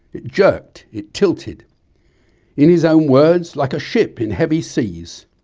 it jerked, it tilted in his own words like a ship in heavy seas'.